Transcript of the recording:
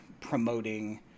promoting